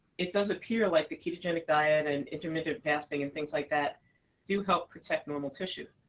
it does appear like the ketogenic diet, and intermittent fasting, and things like that do help protect normal tissue.